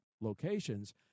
locations